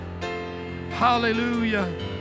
Hallelujah